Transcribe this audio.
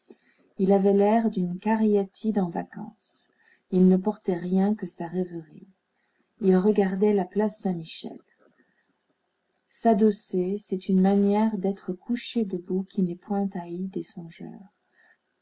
il avait l'air d'une cariatide en vacances il ne portait rien que sa rêverie il regardait la place saint-michel s'adosser c'est une manière d'être couché debout qui n'est point haïe des